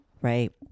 Right